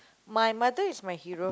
my mother is my hero